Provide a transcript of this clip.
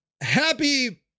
happy